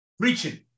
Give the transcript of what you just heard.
preaching